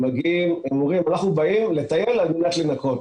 הם אומרים: אנחנו באים לטייל על מנת לנקות,